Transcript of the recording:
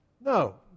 No